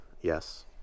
yes